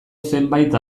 zenbait